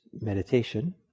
meditation